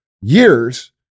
years